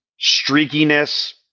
streakiness